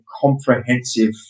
comprehensive